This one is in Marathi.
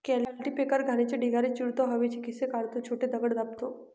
कल्टीपॅकर घाणीचे ढिगारे चिरडतो, हवेचे खिसे काढतो, छोटे दगड दाबतो